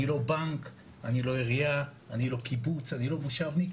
אני לא בנק, לא עירייה, לא קיבוץ, לא מושבניק.